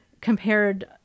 compared